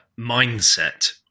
mindset